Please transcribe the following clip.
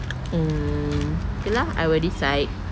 mm okay lah I will decide